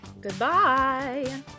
Goodbye